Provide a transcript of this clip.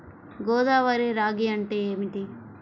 గోదావరి రాగి అంటే ఏమిటి?